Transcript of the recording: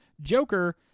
Joker